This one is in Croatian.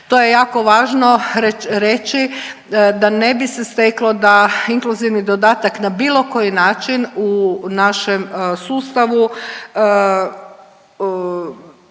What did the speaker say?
To je jako važno reći da ne bi se steklo da inkluzivni dodatak na bilo koji način u našem sustavu